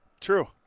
True